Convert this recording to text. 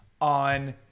on